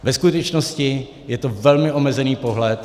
Ve skutečnosti je to velmi omezený pohled.